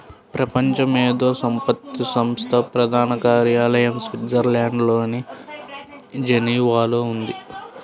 ప్రపంచ మేధో సంపత్తి సంస్థ ప్రధాన కార్యాలయం స్విట్జర్లాండ్లోని జెనీవాలో ఉంది